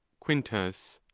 quintus.